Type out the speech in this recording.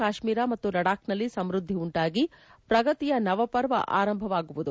ಕಾಶ್ನೀರ ಮತ್ತು ಲಡಾಖ್ನಲ್ಲಿ ಸಮ್ನದ್ಲಿ ಉಂಟಾಗಿ ಪ್ರಗತಿಯ ನವ ಪರ್ವ ಆರಂಭವಾಗುವುದು